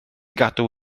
gadw